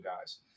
guys